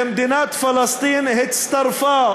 כשמדינת פלסטין הצטרפה,